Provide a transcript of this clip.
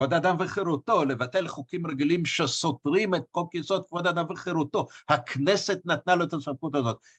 כבוד אדם וחירותו, לבטל חוקים רגילים שסותרים את חוק יסוד כבוד אדם וחירותו, הכנסת נתנה לו את הסמכות הזאת.